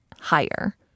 higher